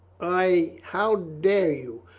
i a how dare you?